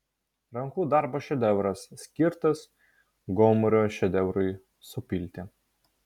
rankų darbo šedevras skirtas gomurio šedevrui supilti